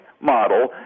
model